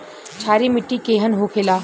क्षारीय मिट्टी केहन होखेला?